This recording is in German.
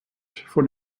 von